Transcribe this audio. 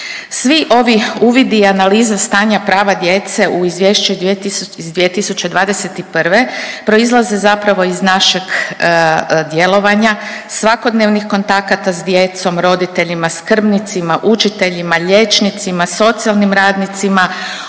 Svi ovi uvidi i analize stanja prava djece u izvješću 2021. proizlaze zapravo iz našeg djelovanja, svakodnevnih kontakata s djecom, roditeljima, skrbnicima, učiteljima, liječnicima, socijalnim radnicima